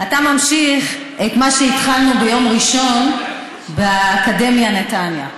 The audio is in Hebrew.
אתה ממשיך את מה שהתחלנו ביום ראשון באקדמיה נתניה,